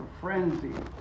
frenzy